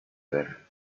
ver